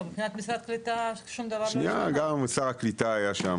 מבחינת משרד העלייה והקליטה שום